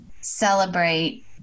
celebrate